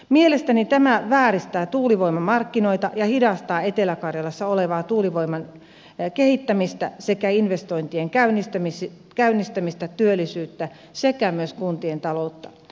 mielestäni tämä vääristää tuulivoimamarkkinoita ja hidastaa etelä karjalassa olevaa tuulivoiman kehittämistä sekä investointien käynnistämistä työllisyyttä sekä myös kuntien taloutta